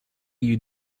you